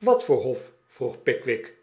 wat voor hof vroeg pickwick